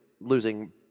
losing